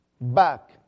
back